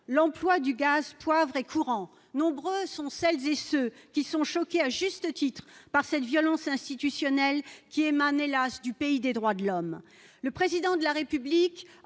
l'emploi du gaz poivré courant, nombreuses sont celles et ceux qui sont choqués, à juste titre par cette violence institutionnelle qui émane hélas du pays des droits de l'homme, le président de la République